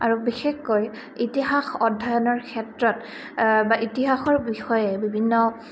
আৰু বিশেষকৈ ইতিহাস অধ্যয়নৰ ক্ষেত্ৰত বা ইতিহাসৰ বিষয়ে বিভিন্ন